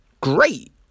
great